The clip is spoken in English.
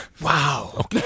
wow